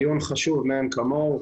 דיון חשוב מאין כמוהו.